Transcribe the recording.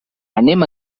anem